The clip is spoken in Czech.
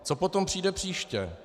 Co potom přijde příště?